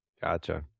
Gotcha